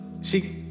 see